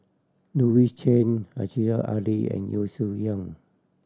Louis Chen Aziza Ali and Yeo Shih Yun